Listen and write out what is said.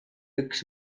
üks